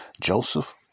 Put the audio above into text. joseph